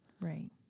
Right